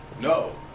No